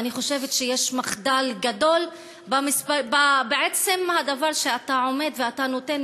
ואני חושבת שיש מחדל גדול בעצם הדבר שאתה עומד ואתה נותן